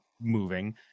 moving